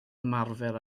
ymarfer